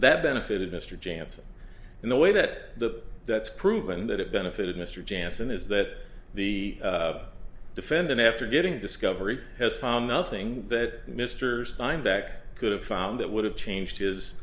that benefited mr jansen in the way that the that's proven that it benefited mr jansen is that the defendant after getting discovery has found nothing that mr steinback could have found that would have changed his